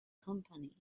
company